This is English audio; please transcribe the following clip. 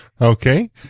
Okay